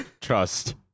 Trust